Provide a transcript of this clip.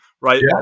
right